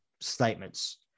statements